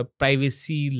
privacy